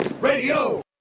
Radio